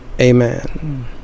Amen